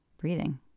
breathing